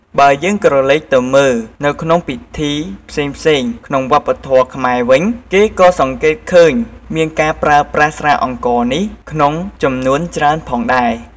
បើយើងក្រឡេកទៅមើលនៅក្នុងពិធីផ្សេងៗក្នុងវប្បធម៌ខ្មែរវិញគេក៏សង្កេតឃើញមានការប្រើប្រាស់ស្រាអង្ករនេះក្នុងចំនួនច្រើនផងដែរ។